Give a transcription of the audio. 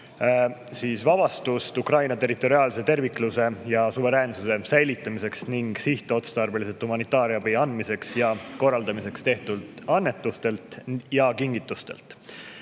tulumaksuvabastust Ukraina territoriaalse terviklikkuse ja suveräänsuse säilitamiseks ning sihtotstarbeliselt humanitaarabi andmiseks ja korraldamiseks tehtud annetustelt ja kingitustelt.